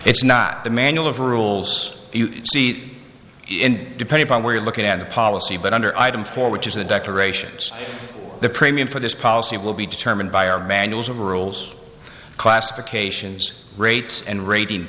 it's not the manual of rules you see it depends on where you're looking at the policy but under item four which is the decorations the premium for this policy will be determined by our manuals of rules classifications rates and rating